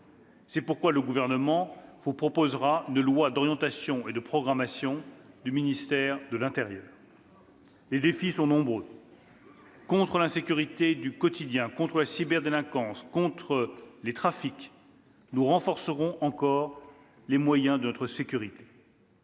C'est pourquoi le Gouvernement vous proposera une loi d'orientation et de programmation du ministère de l'intérieur. « Les défis sont nombreux. Contre l'insécurité du quotidien, contre la cyberdélinquance, contre les trafics, nous renforcerons encore les moyens de notre sécurité.